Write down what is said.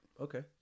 okay